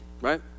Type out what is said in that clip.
right